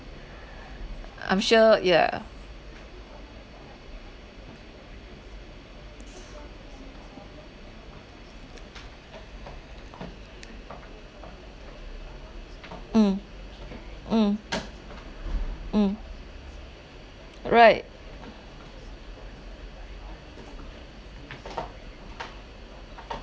I'm sure yeah mm mm mm right